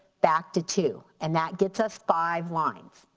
back to two and that gets us five lines.